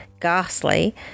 ghastly